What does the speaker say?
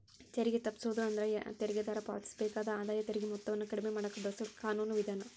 ತೆರಿಗೆ ತಪ್ಪಿಸೋದು ಅಂದ್ರ ತೆರಿಗೆದಾರ ಪಾವತಿಸಬೇಕಾದ ಆದಾಯ ತೆರಿಗೆ ಮೊತ್ತವನ್ನ ಕಡಿಮೆ ಮಾಡಕ ಬಳಸೊ ಕಾನೂನು ವಿಧಾನ